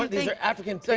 these are african so